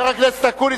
חבר הכנסת אקוניס,